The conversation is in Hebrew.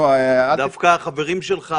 דווקא החברים שלך